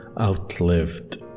outlived